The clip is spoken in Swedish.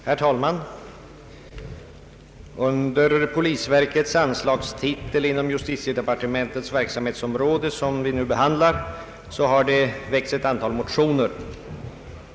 Herr talman! Under polisverkets anslagstitel inom justitiedepartementets verksamhetsområde, som vi nu behandlar, så har det väckts ett antal motioner.